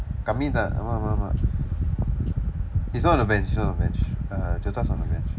கம்மி தான் ஆமாம் ஆமாம் ஆமாம்:kami thaan aamaam aamaam aamaam he's one of the benche he's one on the bench ah jyotha is on the bench